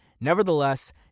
Nevertheless